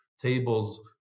tables